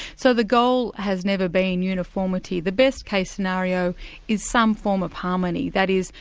so the goal has never been uniformity the best case scenario is some form of harmony, that is,